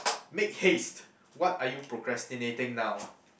make haste what are you procrastinating now